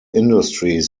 industries